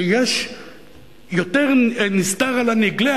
שיש יותר נסתר מהנגלה.